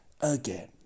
again